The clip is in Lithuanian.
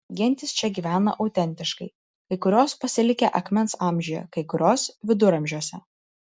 gentys čia gyvena autentiškai kai kurios pasilikę akmens amžiuje kai kurios viduramžiuose